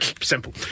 Simple